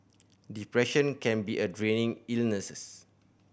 depression can be a draining illness